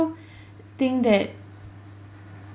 think that